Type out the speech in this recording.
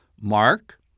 Mark